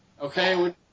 Okay